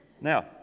Now